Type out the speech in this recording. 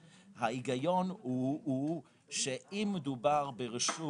ההיגיון הוא שמדובר, בדרך כלל, ברשות